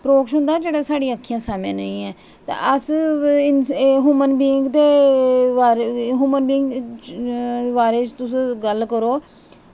परोक्ष होंदा जेह्ड़ा साढ़ी अक्खीं दे सामनै नेईं ऐ ते अस ह्यूमन वीइंग दे बारै ह्यूमन बीइंग बारै ई तुस गल्ल करो